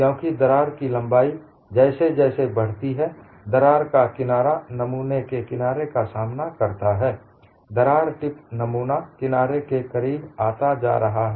क्योंकि दरार की लंबाई जैसे जैसे बढ़ती है दरार का किनारा नमूने के किनारे का सामना करता है दरार टिप नमूना किनारे के करीब आता जा रहा है